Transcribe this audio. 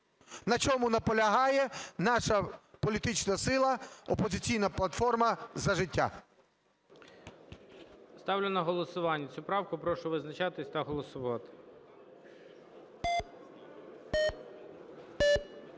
На чому наполягає наша політична сила "Опозиційна платформа - За життя".